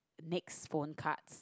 next phone cards